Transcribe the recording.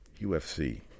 UFC